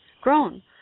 grown